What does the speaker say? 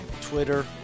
Twitter